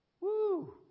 Woo